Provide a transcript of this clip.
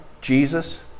Jesus